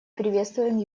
приветствуем